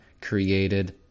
created